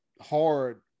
hard